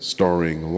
Starring